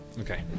okay